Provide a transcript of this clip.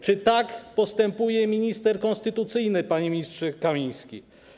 Czy tak postępuje minister konstytucyjny, panie ministrze Kamiński?